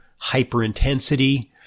hyperintensity